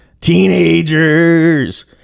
Teenagers